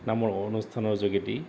নামৰ অনুষ্ঠানৰ যোগেদি